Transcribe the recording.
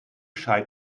shy